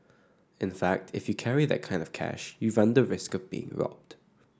in fact if you carry that kind of cash you run the risk of being robbed